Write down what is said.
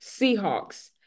seahawks